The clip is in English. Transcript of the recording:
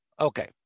Okay